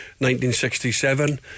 1967